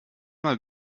euch